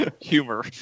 humor